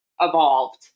evolved